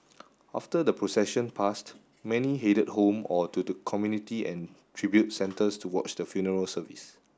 after the procession passed many headed home or to community and tribute centres to watch the funeral service